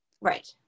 Right